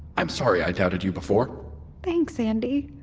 i'm sorry i doubted you before thanks, andi.